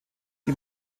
die